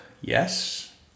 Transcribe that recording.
Yes